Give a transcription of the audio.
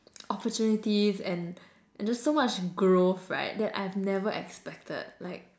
opportunities and and just so much growth right that I've never expected like